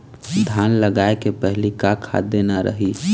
धान लगाय के पहली का खाद देना रही?